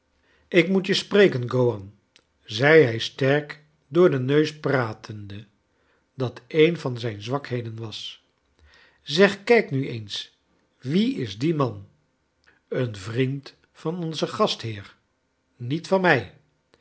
lk moet je spreken gowan zei hij stork door don neus pratende dat een van zijn zwakheden was zeg kijk nu eens wie is die man een vriend van onzen gastheer niet van mij